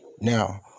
Now